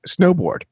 snowboard